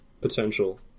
potential